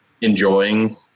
enjoying